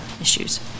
issues